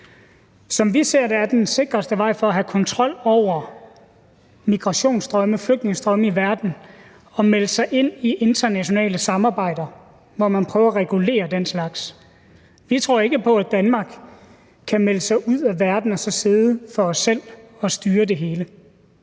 Som vi ser det, er den sikreste vej til at have kontrol over migrationsstrømme og flygtningestrømme i verden at melde sig ind i internationale samarbejder, hvor man prøver at regulere den slags. Vi tror ikke på, at vi i Danmark kan melde os ud af verden og så sidde for os selv og styre det hele.